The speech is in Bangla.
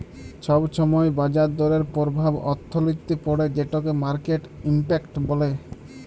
ছব ছময় বাজার দরের পরভাব অথ্থলিতিতে পড়ে যেটকে মার্কেট ইম্প্যাক্ট ব্যলে